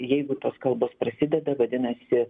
jeigu tos kalbos prasideda vadinasi